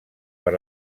per